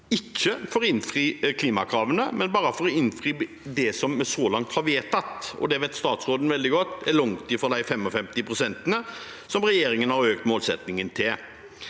ikke for å innfri klimakravene, men bare for å innfri det vi så langt har vedtatt. Det vet statsråden veldig godt at er langt fra de 55 pst. regjeringen har økt målsettingen til.